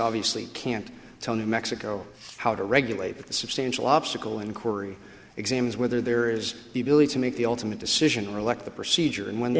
obviously can't tell new mexico how to regulate the substantial obstacle inquiry exams whether there is the ability to make the ultimate decision reflect the procedure and when the